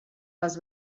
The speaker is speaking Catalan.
les